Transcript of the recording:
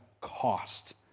cost